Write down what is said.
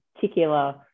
particular